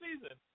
season